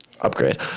upgrade